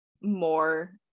more